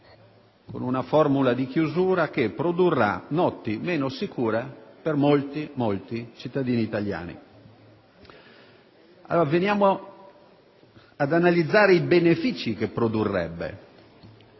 con una formula di chiusura: esso produrrà notti meno sicure per moltissimi cittadini italiani. Veniamo allora ad analizzare i benefici che produrrebbe.